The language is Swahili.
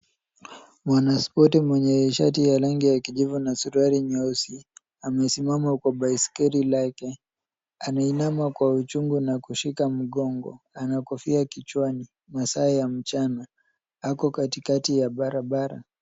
Mwanaspoti mwenye nishati ya rangi ya kijivu na suruali nyeusi amesimama kwa baiskeli lake anainama kwa uchungu na kushika mgongo ana kofia kichwani masaa ya mchana ako katikati ya barabara